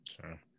sure